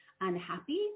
unhappy